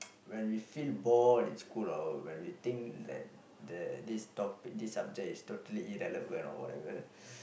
when we felt bored in school or when we think that the this topic this subject is totally irrelevant or whatever